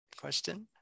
question